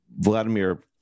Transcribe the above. Vladimir